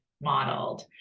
modeled